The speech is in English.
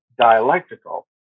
dialectical